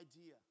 idea